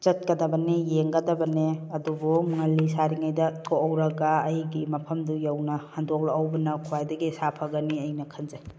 ꯆꯠꯀꯗꯕꯅꯤ ꯌꯦꯡꯒꯗꯕꯅꯤ ꯑꯗꯨꯕꯨ ꯉꯜꯂꯤ ꯁꯥꯔꯤꯉꯩꯗ ꯊꯣꯛꯍꯧꯔꯒ ꯑꯩꯒꯤ ꯃꯐꯝꯗꯣ ꯌꯧꯅ ꯍꯟꯗꯣꯛꯂꯛꯍꯧꯕꯅ ꯈ꯭ꯋꯥꯏꯗꯒꯤ ꯁꯥꯐꯒꯅꯤ ꯑꯩꯅ ꯈꯟꯖꯩ